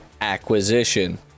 acquisition